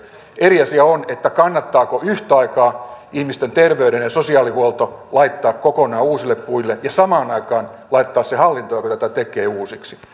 eri asia on kannattaako yhtä aikaa ihmisten terveyden ja sosiaalihuolto laittaa kokonaan uusille puille ja samaan aikaan laittaa uusiksi se hallinto joka tätä tekee